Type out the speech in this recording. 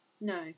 No